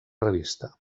revista